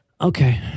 Okay